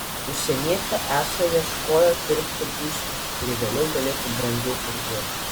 užsienietė esą ieškojo pirkti būsto kurį vėliau galėtų brangiau parduoti